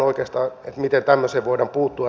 miten tämmöiseen voidaan puuttua